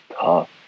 tough